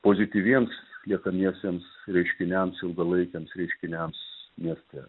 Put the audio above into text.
pozityviems liekamiesiems reiškiniams ilgalaikiams reiškiniams mieste